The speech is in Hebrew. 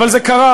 אבל זה קרה.